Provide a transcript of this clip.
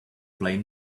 blame